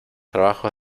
trabajos